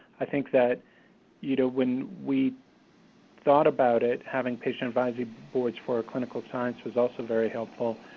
i think that you know, when we thought about it, having patient advisory boards for clinical science was also very helpful,